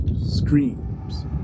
screams